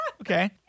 Okay